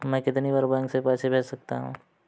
मैं कितनी बार बैंक से पैसे भेज सकता हूँ?